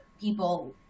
people